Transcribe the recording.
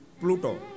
Pluto